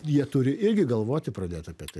jie turi irgi galvoti pradėt apie tai